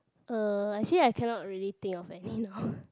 uh actually I cannot really think of any now